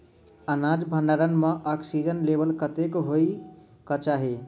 अनाज भण्डारण म ऑक्सीजन लेवल कतेक होइ कऽ चाहि?